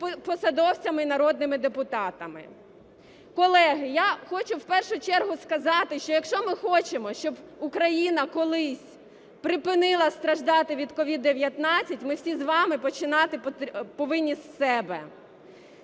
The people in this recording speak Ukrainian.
посадовцями і народними депутатами. Колеги, я хочу в першу чергу сказати, що якщо ми хочемо, щоб Україна колись припинила страждати від СOVID-19, ми всі з вами починати повинні з себе.